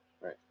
Right